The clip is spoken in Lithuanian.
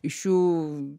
iš jų